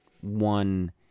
one